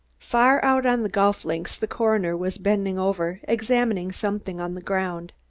far out on the golf links the coroner was bending over, examining something on the ground.